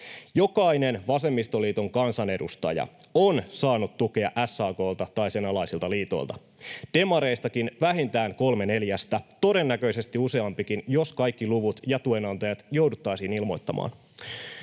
Jokainen vasemmistoliiton kansanedustaja on saanut tukea SAK:lta tai sen alaisilta liitoilta, demareistakin vähintään kolme neljästä — todennäköisesti useampikin, jos kaikki luvut ja tuenantajat jouduttaisiin ilmoittamaan.